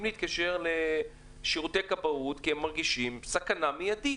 להתקשר לשירותי הכבאות כי הם מרגישים סכנה מידית,